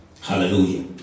Hallelujah